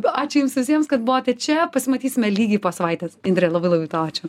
ačiū jums visiems kad buvote čia pasimatysime lygiai po savaitės indre labai labai tau ačiū